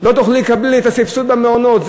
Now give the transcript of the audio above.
לא תוכלי לקבל את הסבסוד במעונות.